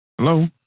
Hello